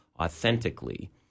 authentically